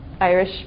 Irish